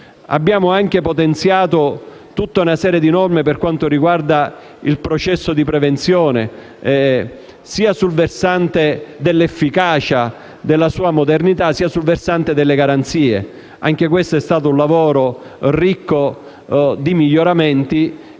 Abbiamo anche potenziato una serie di norme per quanto riguarda il processo di prevenzione sia sul versante dell'efficacia, della sua modernità, sia sul versante delle garanzie. Anche questo lavoro, denso di miglioramenti,